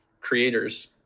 creators